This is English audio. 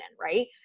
Right